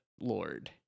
Lord